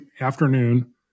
afternoon